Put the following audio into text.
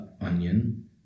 onion